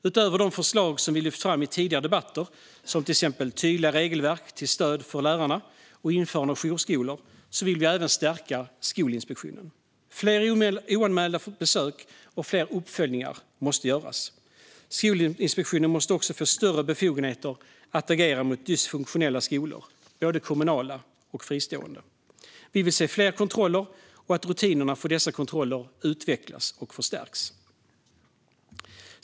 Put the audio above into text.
Utöver de förslag som vi har lyft fram i tidigare debatter, till exempel tydliga regelverk till stöd för lärarna och införande av jourskolor, vill vi även stärka Skolinspektionen. Fler oanmälda besök och fler uppföljningar måste göras. Skolinspektionen måste också få större befogenheter att agera mot dysfunktionella skolor - både kommunala och fristående. Vi vill se fler kontroller och att rutinerna för dessa kontroller utvecklas och förstärks.